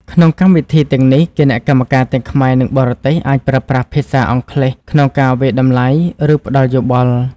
ក្នុងកម្មវិធីទាំងនេះ គណៈកម្មការទាំងខ្មែរនិងបរទេសអាចប្រើប្រាស់ភាសាអង់គ្លេសក្នុងការវាយតម្លៃ ឬផ្តល់យោបល់។